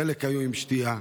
חלק היו עם שתייה,